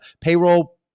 payroll